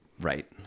Right